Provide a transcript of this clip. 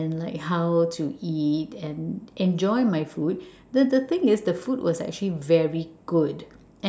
and like how to eat and enjoy my food the the thing is the food was actually very good